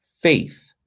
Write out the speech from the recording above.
faith